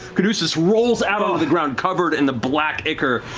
caduceus rolls out onto the ground, covered in the black ichor,